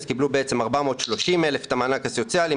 אז קיבלו 430,000 את המענק הסוציאלי,